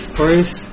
first